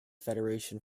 federation